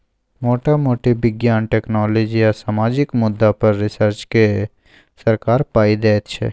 मोटा मोटी बिज्ञान, टेक्नोलॉजी आ सामाजिक मुद्दा पर रिसर्च केँ सरकार पाइ दैत छै